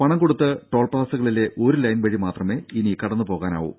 പണം കൊടുത്ത് ടോൾപ്ലാസകളിലെ ഒരു ലൈൻ വഴി മാത്രമേ ഇനി കടന്നുപോകാൻ ആവു